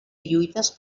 lluites